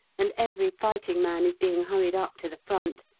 and every fighting man is being hurried up to the front,